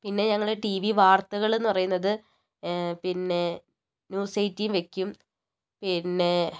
പിന്നെ ഞങ്ങൾ T V വാർത്തകൾ എന്ന് പറയുന്നത് പിന്നെ ന്യൂസ് എയിറ്റീൻ വയ്ക്കും പിന്നെ